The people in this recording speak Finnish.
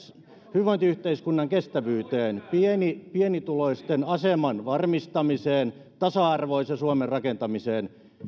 hyvinvointiyhteiskunnan kestävyyteen pienituloisten aseman varmistamiseen tasa arvoisen suomen rakentamiseen